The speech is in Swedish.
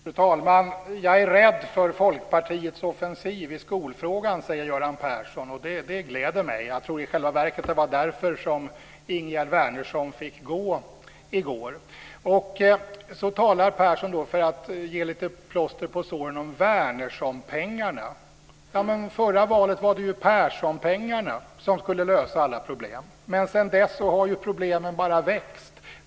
Fru talman! Jag är rädd för Folkpartiets offensiv i skolfrågan, säger Göran Persson. Det gläder mig. Jag tror i själva verket att det var därför som Ingegerd Wärnersson fick gå i går. För att ge lite plåster på såren talar Persson då om Wärnerssonpengarna. Vid förra valet var det ju Perssonpengarna som skulle lösa alla problem, men sedan dess har problemen bara vuxit.